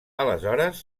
aleshores